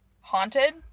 haunted